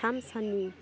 थाम साननि